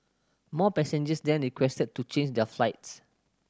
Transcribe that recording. more passengers then requested to change their flights